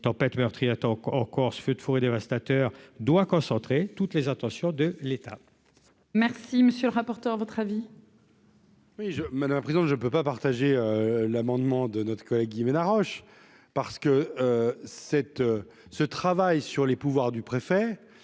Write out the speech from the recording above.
tempête attends en Corse, feux de forêt dévastateurs doit concentrer toutes les attentions de l'État. Merci, monsieur le rapporteur, à votre avis. Oui je madame la présidente, je ne peux pas partager l'amendement de notre collègue Guy Roche parce que cette, ce travail sur les pouvoirs du préfet,